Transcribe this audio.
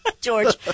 George